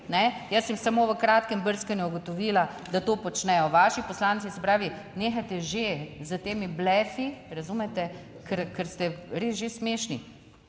Jaz sem samo v kratkem brskanju ugotovila, da to počnejo vaši poslanci, se pravi, nehajte že s temi blefi, razumete, ker ste res že smešni.